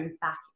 back